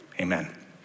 Amen